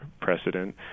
precedent